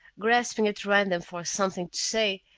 grasping at random for something to say,